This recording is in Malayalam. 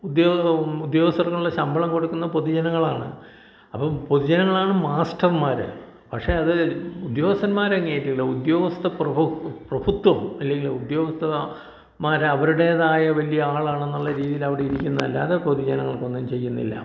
ഉദ്യോഗ ഉദ്യോഗസ്ഥർക്കുള്ള ശമ്പളം കൊടുക്കുന്നത് പൊതുജനങ്ങളാണ് അപ്പം പൊതുജനങ്ങളാണ് മാസ്റ്റർമാർ പക്ഷേ അത് ഉദ്യോഗസ്ഥന്മാർ അങ്ങ് ഏറ്റില്ല ഉദ്യോഗസ്ഥപ്രഭു പ്രഭുത്ത്വം അല്ലെങ്കിൽ ഉദ്യോഗസ്ഥന്മാർ അവരുടേതായ വലിയ ആളാണെന്നുള്ള രീതിയിലവിടെ ഇരിക്കുന്നതല്ലാതെ പൊതുജനങ്ങൾക്കൊന്നും ചെയ്യുന്നില്ല